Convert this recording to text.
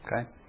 Okay